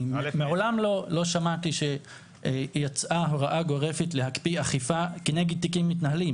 מעולם לא שמעתי שיצאה הוראה גורפת להקפיא אכיפה כנגד תיקים מתנהלים.